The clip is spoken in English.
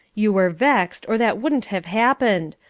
you were vexed, or that wouldn't have happened.